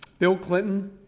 bill clinton,